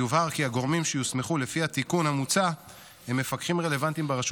יובהר כי הגורמים שיוסמכו לפי התיקון המוצע הם מפקחים רלוונטיים ברשות